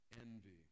envy